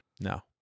no